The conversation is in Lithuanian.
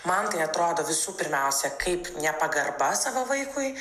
man tai atrodo visų pirmiausia kaip nepagarba savo vaikui